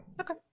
Okay